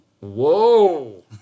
Whoa